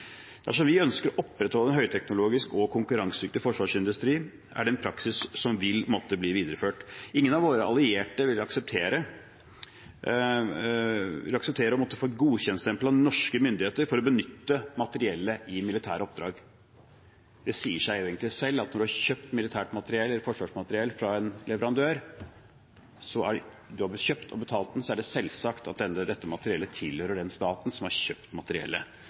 Dersom vi ønsker å opprettholde en høyteknologisk og konkurransedyktig forsvarsindustri, er det en praksis som vil måtte bli videreført. Ingen av våre allierte vil akseptere å måtte få godkjentstempel av norske myndigheter for å benytte materiellet i militære oppdrag. Det sier seg egentlig selv at når man har kjøpt og betalt forsvarsmateriell fra en leverandør, tilhører dette materiellet den staten som har kjøpt materiellet. Det tror jeg alle egentlig forstår. Dersom vi setter betingelser for hvordan våre allierte skal bruke materiellet,